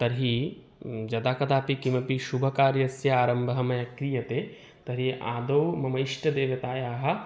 तर्हि यदाकदापि किमपि शुभकार्यस्य आरम्भः मया क्रियते तर्हि आदौ मम इष्टदेवतायाः